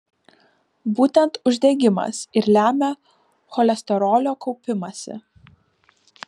būtent uždegimas ir lemia cholesterolio kaupimąsi